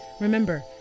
remember